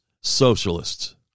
socialists